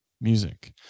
music